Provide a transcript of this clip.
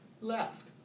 Left